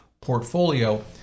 portfolio